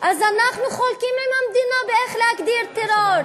אז אנחנו חולקים על המדינה באיך להגדיר טרור.